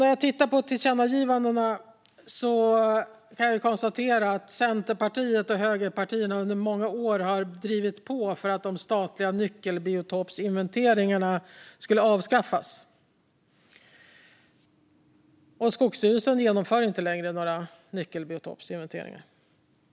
När det gäller tillkännagivandena konstaterar jag att Centerpartiet och högerpartierna under många år drev på för att de statliga nyckelbiotopsinventeringarna skulle avskaffas, och nu genomför Skogsstyrelsen inte längre några nyckelbiotopsinventeringar.